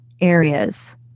areas